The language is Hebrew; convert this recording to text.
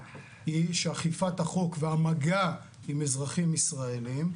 שאכיפת החוק והמגע עם אזרחים ישראלים,